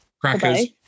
crackers